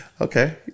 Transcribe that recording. Okay